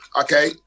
Okay